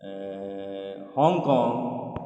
Hong Kong